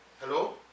Hello